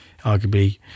Arguably